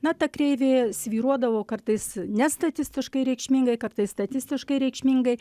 na ta kreivė svyruodavo kartais ne statistiškai reikšmingai kartais statistiškai reikšmingai